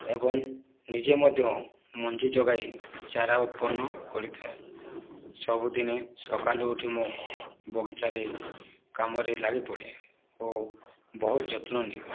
ଏବଂ ନିଜେ ମଧ୍ୟ ମଞ୍ଜି ଯୋଗାଇ ଚାରା ଉତ୍ପନ୍ନ କରିଥାଏ ସବୁଦିନେ ସକାଳୁ ଉଠି ମୁଁ ବଗିଚାରେ କାମରେ ଲାଗିପଡ଼େ ଓ ବହୁତ ଯତ୍ନ ନିଏ